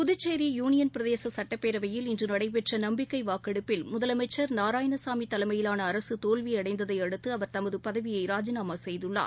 Puducherry union பிரதேச சுட்டப்பேரவையில் இன்று நடைபெற்ற நம்பிக்கை வாக்கெடுப்பில் முதலமைச்சர் திரு நாராயணசாமி தலைமயிலான அரசு தோல்வியடைந்ததை அடுத்து அவர் தமது பதவியை ராஜிநாமா செய்துள்ளார்